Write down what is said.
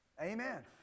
Amen